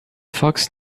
fox